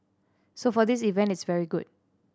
so for this event it's very good